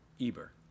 Eber